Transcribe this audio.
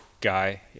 guy